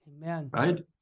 right